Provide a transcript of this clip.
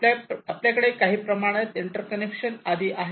आपल्याकडे काही प्रमाणात इंटरकनेक्शन आधी आहे